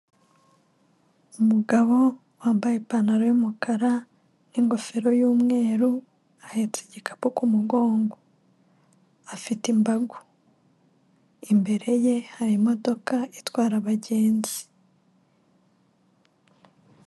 Umugabo wambaye ipantaro y'umukara n'ingofero y'umweru ahetse igikapu ku kumugongo, afite imbaga imbere ye hari imodoka itwara abagenzi.